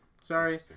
Sorry